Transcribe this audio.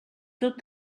tot